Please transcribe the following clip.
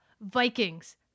Vikings